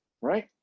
right